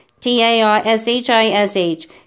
T-A-R-S-H-I-S-H